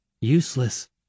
Useless